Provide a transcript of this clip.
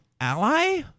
ally